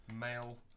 male